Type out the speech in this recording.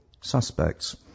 suspects